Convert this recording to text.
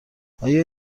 آیا